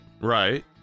Right